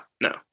no